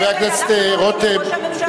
חבר הכנסת רותם,